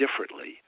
differently